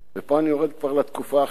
ופה אני יורד כבר לתקופה העכשווית,